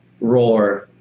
roar